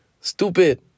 stupid